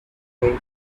way